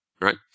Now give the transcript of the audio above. right